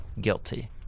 guilty